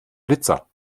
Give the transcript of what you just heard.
blitzer